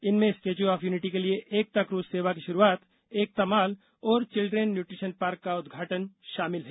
इनमें statue of unity के लिए एकता क्रज सेवा की शुरूआत एकता मॉल और चिल्ड्रेन न्युट्रिशियन पार्क का उद्घाटन शामिल है